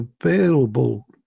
available